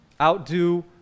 outdo